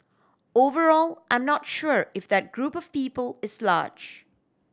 overall I'm not sure if that group of people is large